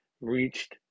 reached